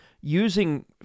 using